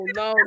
no